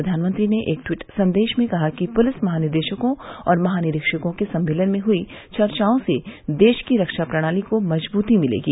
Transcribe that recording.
प्रधानमंत्री ने एक ट्वीट संदेश में कहा कि पुलिस महानिदेशकों और महानिरीक्षकों के सम्मेलन में हुई चर्चाओं से देश की रक्षा प्रणाली को मजबूती मिलेगी